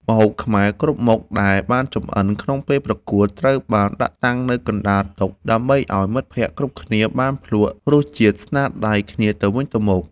ម្ហូបខ្មែរគ្រប់មុខដែលបានចម្អិនក្នុងពេលប្រកួត ត្រូវបានដាក់តាំងនៅកណ្ដាលតុ ដើម្បីឱ្យមិត្តភក្តិគ្រប់គ្នាបានភ្លក្សរសជាតិស្នាដៃគ្នាទៅវិញទៅមក។